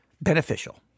beneficial